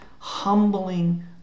Humbling